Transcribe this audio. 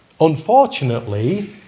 unfortunately